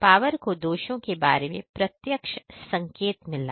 power को दोषों के बारे में प्रत्यक्ष संकेत मिला है